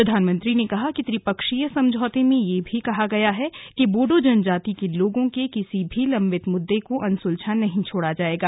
प्रधानमंत्री ने कहा कि त्रिपक्षीय समझौते में यह भी कहा गया है कि बोडो जनजाति के लोगों के किसी भी लंबित मुद्दे को अनसुलझा नहीं छोड़ा जायेगा